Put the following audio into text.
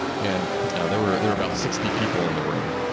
and there were there about sixty people in the room.